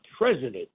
president